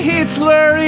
Hitler